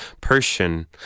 Persian